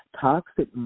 Toxic